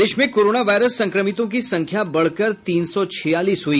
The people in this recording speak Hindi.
प्रदेश में कोरोना वायरस संक्रमितों की संख्या बढ़कर तीन सौ छियालीस हुई